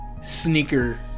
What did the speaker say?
Sneaker